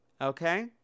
okay